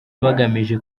bagamije